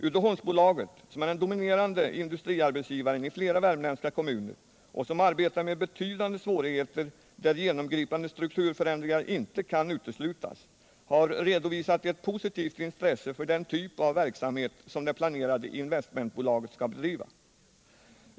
Uddeholmsbolaget, som är den dominerande industriarbetsgivaren i flera värmländska kommuner och som arbetar med betydande svårigheter, där genomgripande strukturförändringar inte kan uteslutas, har redovisat ett positivt intresse för den typ av verksamhet som det planerade investmentbolaget skall bedriva.